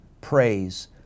praise